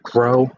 Grow